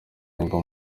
ngo